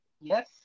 Yes